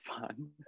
fun